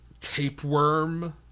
tapeworm